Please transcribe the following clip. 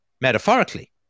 metaphorically